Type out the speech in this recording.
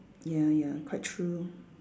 ya ya quite true